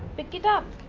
pick it up.